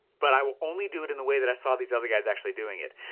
but i will only do it in the way that i saw these other guys actually doing it.